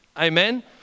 Amen